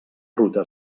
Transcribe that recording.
ruta